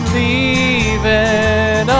leaving